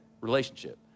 relationship